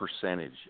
percentage